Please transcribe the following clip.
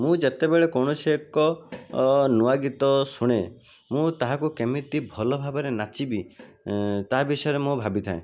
ମୁଁ ଯେତେବେଳେ କୌଣସି ଏକ ନୂଆ ଗୀତ ଶୁଣେ ମୁଁ ତାହାକୁ କେମିତି ଭଲ ଭାବରେ ନାଚିବି ତାହା ବିଷୟରେ ମୁଁ ଭାବିଥାଏ